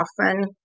often